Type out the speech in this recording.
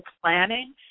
planning